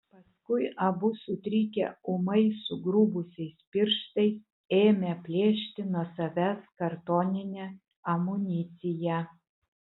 paskui abu sutrikę ūmai sugrubusiais pirštais ėmė plėšti nuo savęs kartoninę amuniciją